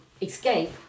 escape